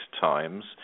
times